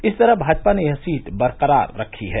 इस तरह भाजपा ने यह सीट बरकरार रखी है